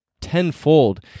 tenfold